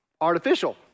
artificial